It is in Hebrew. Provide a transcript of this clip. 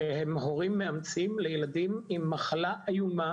של הורים מאמצים לילדים עם מחלה איומה,